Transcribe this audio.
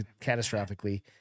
catastrophically